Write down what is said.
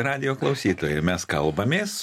radijo klausytojai mes kalbamės